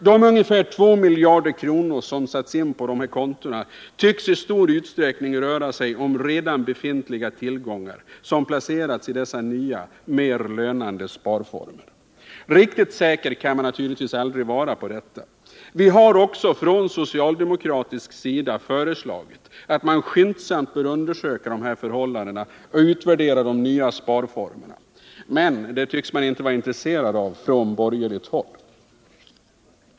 De ungefär 2 miljarder kronor som satts in på dessa konton tycks i stor utsträckning utgöras av redan befintliga tillgångar som placerats i dessa nya, mer lönande sparformer. Riktigt säker kan man naturligtvis aldrig vara på detta. Vi har också från socialdemokratiskt håll föreslagit att man skyndsamt skall undersöka dessa förhållanden och utvärdera de nya sparformerna, men det tycks man inte vara intresserad av från borgerligt håll.